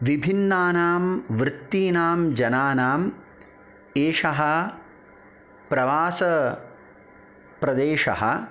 विभिन्नानां वृत्तीनां जनानाम् एषः प्रवासप्रदेशः